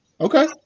Okay